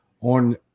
on